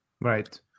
Right